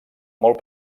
molt